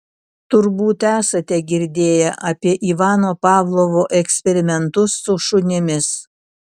turbūt esate girdėję apie ivano pavlovo eksperimentus su šunimis